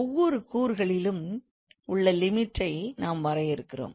ஒவ்வொரு கூறுகளிலும் உள்ள Limit டை நாம் வரையறுக்கிறோம்